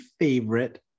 favorite